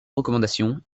recommandations